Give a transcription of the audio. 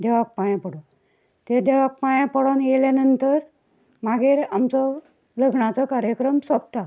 देवाक पांया पडोक ते देवाक पांया पडोन येयल्या नंतर मागेर आमचो लग्णाचो कार्यक्रम सोंपता